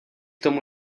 tomu